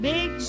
Big